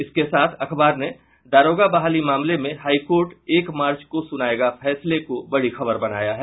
इसके साथ अखबार ने दारोगा बहाली मामले में हाईकोर्ट एक मार्च को सुनायेगा फैसले को बड़ी खबर बनाया है